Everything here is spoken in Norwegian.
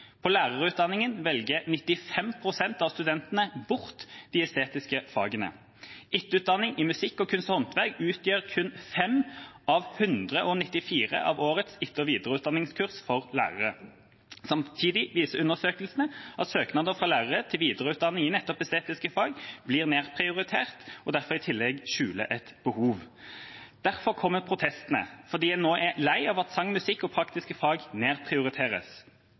På lærerutdanningen velger 95 pst. av studentene bort de estetiske fagene. Etterutdanning i musikk og kunst og håndverk utgjør kun 5 av 194 av årets etter- og videreutdanningskurs for lærere. Samtidig viser undersøkelser at søknader fra lærere til videreutdanning i nettopp estetiske fag blir nedprioritert, og derfor i tillegg skjuler et behov. Derfor kommer protestene – fordi en nå er lei av at sang, musikk og praktiske fag nedprioriteres.